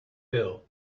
bill